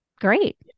great